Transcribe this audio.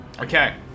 Okay